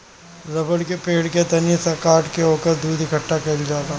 रबड़ के पेड़ के तनी सा काट के ओकर दूध इकट्ठा कइल जाला